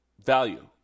value